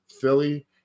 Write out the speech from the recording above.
Philly